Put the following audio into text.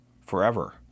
forever